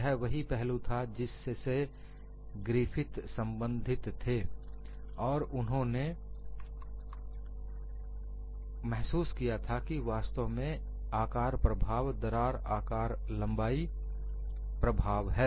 यह वही पहलू था जिससे ग्रिफिथ संबंधित थे और उन्होंने महसूस किया था कि वास्तव में आकार प्रभाव दरार आकार लंबाई प्रभाव है